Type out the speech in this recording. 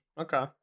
Okay